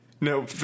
No